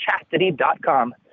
chastity.com